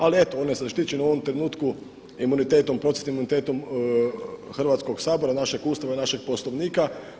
Ali eto, on je zaštićen u ovom trenutku imunitetom, procesnim imunitetom Hrvatskog sabora, našeg Ustava i našeg Poslovnika.